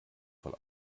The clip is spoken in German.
von